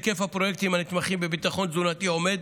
היקף הפרויקטים הנתמכים בביטחון תזונתי עומד